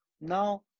Now